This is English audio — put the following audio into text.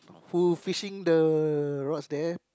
who fishing the rods there